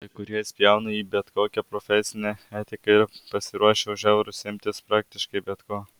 kai kurie spjauna į bet kokią profesinę etiką ir pasiruošę už eurus imtis praktiškai bet ko